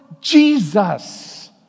Jesus